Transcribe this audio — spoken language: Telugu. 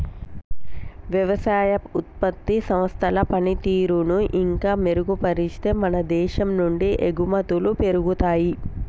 వ్యవసాయ ఉత్పత్తి సంస్థల పనితీరును ఇంకా మెరుగుపరిస్తే మన దేశం నుండి ఎగుమతులు పెరుగుతాయి